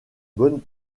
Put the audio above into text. bonnes